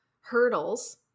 hurdles